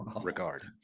regard